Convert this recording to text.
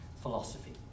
philosophy